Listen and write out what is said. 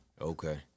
Okay